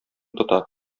тота